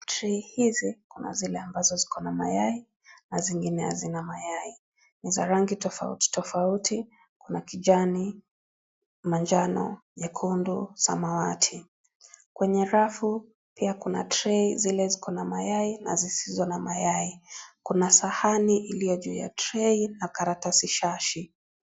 Trei hizi kuna zile ambazo ziko na mayai an zingine hazina mayai. Ni za rangi tofauti tofauti kuna kijani, manjano, nyekundu, samawati. Kwenye rafu pia kuna trei zile ziko na mayai na zisizo na mayai. Kuna Sahani iliyo juu ya trei na karatasi Shashi.